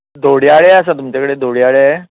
धोडयारे आसा तुमचें कडेन धोडयारे